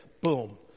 boom